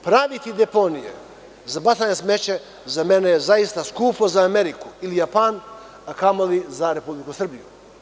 Ppraviti deponije za bacanje smeća za mene je zaista skupo, za Ameriku ili Japan, a kamoli za Republiku Srbiju.